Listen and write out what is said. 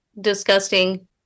disgusting